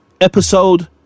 episode